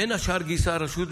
בין השאר גייסה הרשות,